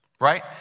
Right